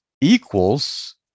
equals